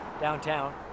downtown